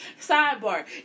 Sidebar